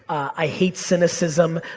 i hate cynicism,